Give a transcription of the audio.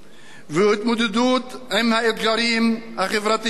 ולהתמודדות עם האתגרים החברתיים,